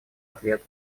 ответ